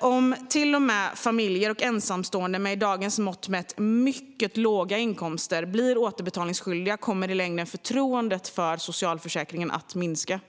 Om familjer och ensamstående med, med dagens mått mätt, mycket låga inkomster blir återbetalningsskyldiga kommer i längden förtroendet för socialförsäkringen att minska.